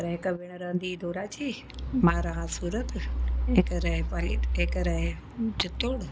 पर हिकु भेणु रहंदी हुई दोराची मां रहां सूरत हिक रहे पाली हिक रहे चितौड़